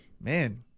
Man